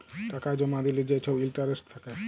টাকা জমা দিলে যে ছব ইলটারেস্ট থ্যাকে